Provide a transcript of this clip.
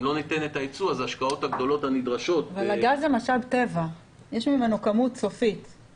אופיר סופר, בבקשה.